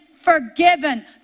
forgiven